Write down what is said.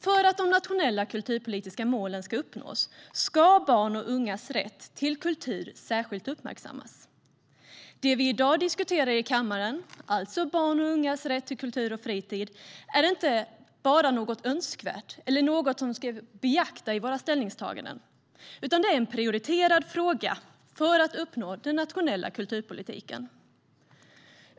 För att de nationella kulturpolitiska målen ska uppnås ska barns och ungas rätt till kultur särskilt uppmärksammas. Det vi i dag diskuterar i kammaren, det vill säga barns och ungas rätt till kultur och fritid, är inte bara något önskvärt eller något vi ska beakta i våra ställningstaganden, utan det är en prioriterad fråga för att uppnå den nationella kulturpolitiken.